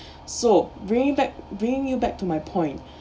so bringing back bringing you back to my point